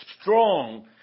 strong